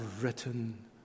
written